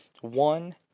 One